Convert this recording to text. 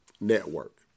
network